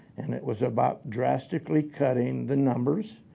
and it was about drastically cutting the numbers,